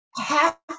Half